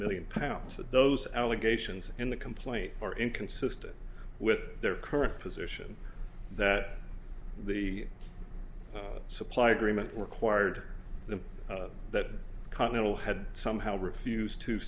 million pounds that those allegations in the complaint are inconsistent with their current position that the supply agreement required them that continental had somehow refused to